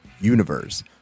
universe